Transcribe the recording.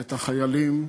את החיילים,